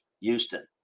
Houston